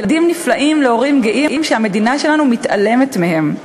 ילדים נפלאים להורים גאים שהמדינה שלנו מתעלמת מהם.